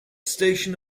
station